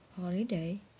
holiday